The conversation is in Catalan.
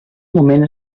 moment